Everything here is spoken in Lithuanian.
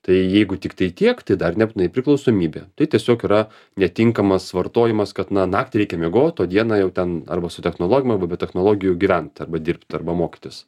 tai jeigu tiktai tiek tai dar nebūtinai priklausomybė tai tiesiog yra netinkamas vartojimas kad na naktį reikia miegot o dieną jau ten arba su technologijom arba be technologijų gyvent arba dirbt arba mokytis